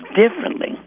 differently